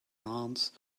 ants